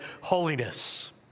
holiness